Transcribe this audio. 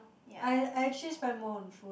I I actually spend more on food